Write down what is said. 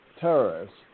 terrorists